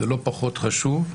זה לא פחות חשוב.